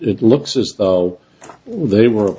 it looks as though they were